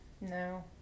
No